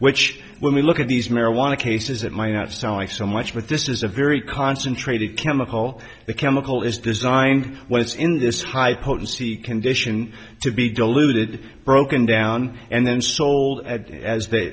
which when we look at these marijuana cases it might not sound like so much but this is a very concentrated chemical the chemical is designed when it's in this high potency condition to be diluted broken down and then sold as the